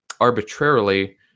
arbitrarily